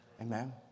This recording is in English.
Amen